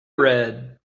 red